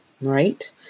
right